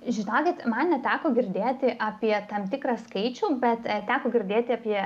žinokit man neteko girdėti apie tam tikrą skaičių bet teko girdėti apie